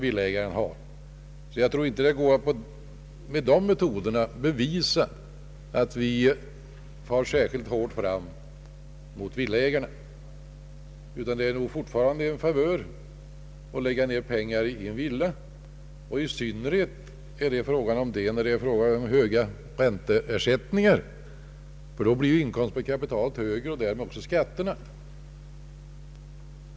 Jag tror därför inte att man med dessa metoder kan bevisa att vi far särskilt hårt fram mot villaägarna, utan det är fortfarande en favör att kunna lägga ned pengar i en villa. I synnerhet gäller detta när det är fråga om höga ränteersättningar, ty då blir ju inkomsten på kapitalet högre och därmed också skatterna.